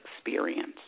experience